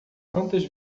quantas